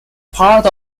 part